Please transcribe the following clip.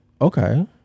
okay